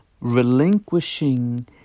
relinquishing